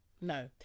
No